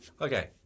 Okay